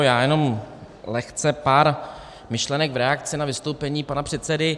Já jenom lehce pár myšlenek v reakci na vystoupení pana předsedy.